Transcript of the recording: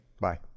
Bye